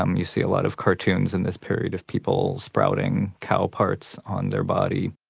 um you see a lot of cartoons in this period of people sprouting cow parts on their body.